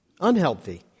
unhealthy